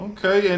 Okay